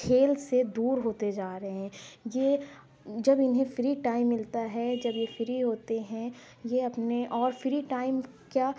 کھیل سے دور ہوتے جا رہے ہیں یہ جب اِنہیں فری ٹائم ملتا ہے جب یہ فری ہوتے ہیں یہ اپنے اور فری ٹائم کیا